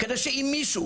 כדי שאם מישהו,